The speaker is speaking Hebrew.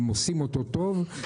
אם עושים אותו טוב,